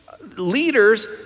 leaders